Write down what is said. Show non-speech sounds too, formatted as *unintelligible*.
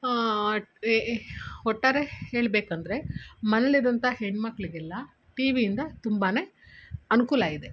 *unintelligible* ಒಟ್ಟಾರೆ ಹೇಳಬೇಕಂದ್ರೆ ಮನೆಲಿದಂಥ ಹೆಣ್ಮಕ್ಕಳಿಗೆಲ್ಲಾ ಟಿ ವಿಯಿಂದ ತುಂಬಾ ಅನುಕೂಲ ಇದೆ